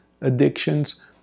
addictions